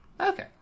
Okay